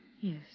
Yes